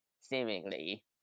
seemingly